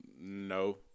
No